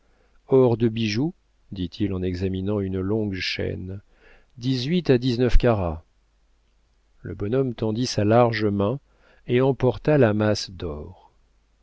or de bijou dit-il en examinant une longue chaîne dix-huit à dix-neuf carats le bonhomme tendit sa large main et emporta la masse d'or